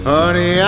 Honey